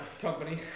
company